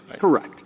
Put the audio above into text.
Correct